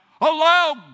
Allow